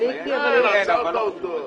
שההוראות שקבענו לגבי תחולת הסייג לרבות הצמידות